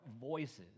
voices